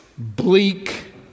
bleak